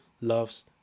loves